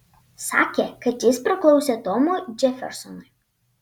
sakė kad jis priklausė tomui džefersonui